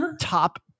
Top